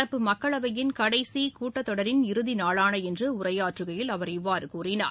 நடப்பு மக்களவையின் கடைசி கூட்டத் தொடரின் இறுதி நாளான இன்று உரையாற்றுகையில் அவர் இவ்வாறு கூறினார்